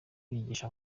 bigisha